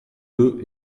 deux